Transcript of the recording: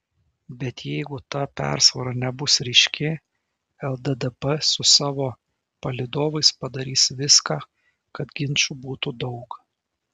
bet jeigu ta persvara nebus ryški lddp su savo palydovais padarys viską kad ginčų būtų daug